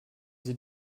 sie